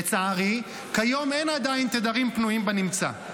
לצערי, כיום אין עדיין תדרים פנויים בנמצא.